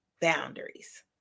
boundaries